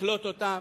לקלוט אותם.